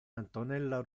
antonella